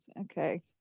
okay